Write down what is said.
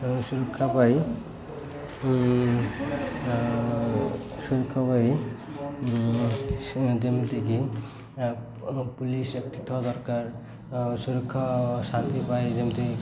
ସୁରକ୍ଷା ପାଇ ସୁରକ୍ଷା ପାଇଁ ଯେମିତିକି ପୁଲିସ ଏଠି ଥବା ଦରକାର ସୁରକ୍ଷା ସାଥି ପାଇଁ ଯେମିତି